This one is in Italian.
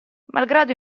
malgrado